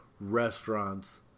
restaurants